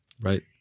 Right